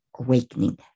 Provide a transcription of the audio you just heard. awakening